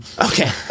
Okay